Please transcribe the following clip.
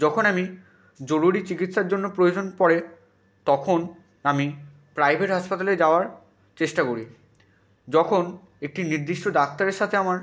যখন আমি জরুরি চিকিৎসার জন্য প্রয়োজন পড়ে তখন আমি প্রাইভেট হাসপাতালে যাওয়ার চেষ্টা করি যখন একটি নির্দিষ্ট ডাক্তারের সাথে আমার